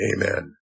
Amen